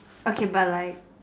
okay but like